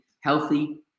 healthy